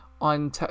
on